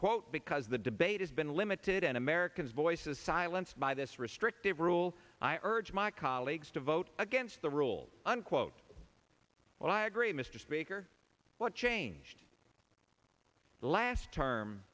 quote because the debate has been limited and americans voices silenced by this restrictive rule i urge my colleagues to vote against the rules unquote well i agree mr speaker what changed last term